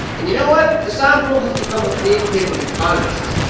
and you know what? the sahm rule has become a big hit with economists.